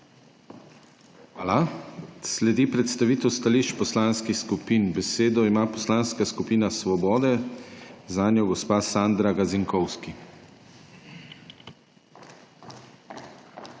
Hvala. Sledi predstavitev stališč poslanskih skupin. Besedo ima poslanska skupina Svoboda, zanjo gospa Sandra Gazinkovski.